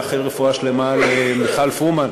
לאחל רפואה שלמה למיכל פרומן,